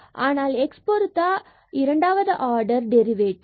ஆனால் x பொருத்த இரண்டாவது ஆர்டர் order டெரிவேடிவ்